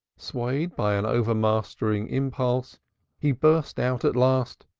swayed by an overmastering impulse he burst out at last.